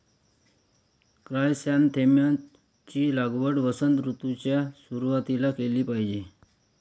chrysanthemum ची लागवड वसंत ऋतूच्या सुरुवातीला केली पाहिजे